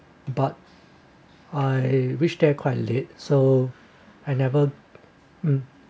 but I which they are quite late so I never mm